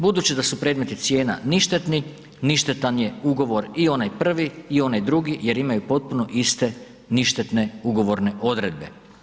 Budući da su predmeti cijena ništetni, ništetan je ugovor i onaj prvi i onaj drugi jer imaju potpune iste ništetne ugovorne odredbe.